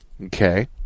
Okay